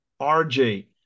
RJ